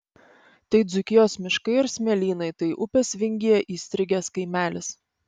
tai dzūkijos miškai ir smėlynai tai upės vingyje įstrigęs kaimelis